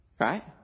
Right